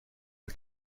are